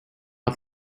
had